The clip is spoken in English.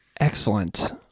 Excellent